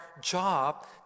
job